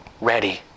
ready